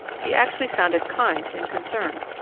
he actually sounded kind and concerned.